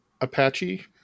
Apache